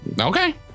Okay